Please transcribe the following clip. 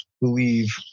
believe